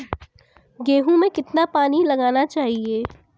गेहूँ में कितना पानी लगाना चाहिए?